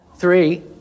three